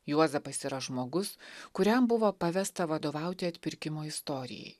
juozapas yra žmogus kuriam buvo pavesta vadovauti atpirkimo istorijai